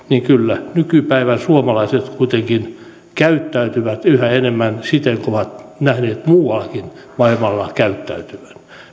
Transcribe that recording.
niin kyllä nykypäivän suomalaiset kuitenkin käyttäytyvät yhä enemmän siten kuin ovat nähneet muuallakin maailmalla käyttäydyttävän